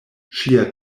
ŝia